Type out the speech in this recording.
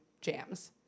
jams